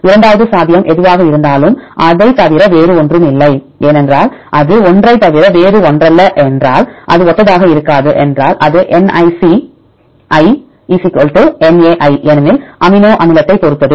இரண்டாவது சாத்தியம் எதுவாக இருந்தாலும் அதைத் தவிர வேறு ஒன்றும் இல்லை ஏனென்றால் அது ஒன்றைத் தவிர வேறு ஒன்றல்ல என்றால் அது ஒத்ததாக இருக்காது என்றால் அது Nic Na ஏனெனில் அமினோ அமிலத்தைப் பொறுத்தது